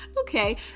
okay